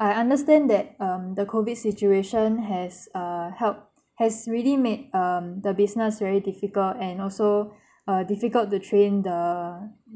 I understand that um the COVID situation has err help has really made um the business very difficult and also err difficult to train the